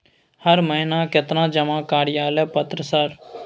हर महीना केतना जमा कार्यालय पत्र सर?